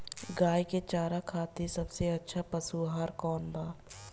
गाय के चारा खातिर सबसे अच्छा पशु आहार कौन बा?